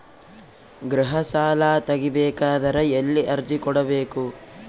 ಗೃಹ ಸಾಲಾ ತಗಿ ಬೇಕಾದರ ಎಲ್ಲಿ ಅರ್ಜಿ ಕೊಡಬೇಕು?